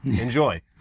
enjoy